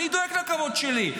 אני דואג לכבוד שלי.